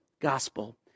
gospel